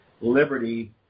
Liberty